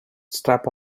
strap